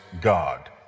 God